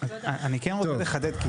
אני כן רוצה לחדד,